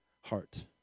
heart